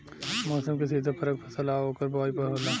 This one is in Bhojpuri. मौसम के सीधे फरक फसल आ ओकर बोवाई पर होला